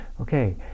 Okay